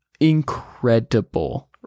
incredible